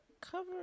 cover